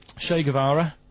che guevara,